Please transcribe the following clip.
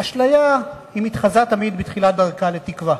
אשליה מתחזה תמיד בתחילת דרכה לתקווה.